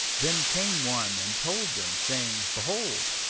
then came one and told them, saying, behold,